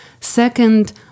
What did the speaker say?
Second